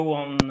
on